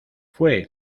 fue